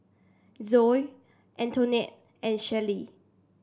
Zoa Antoinette and Shelley